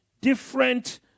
different